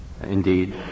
indeed